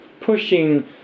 pushing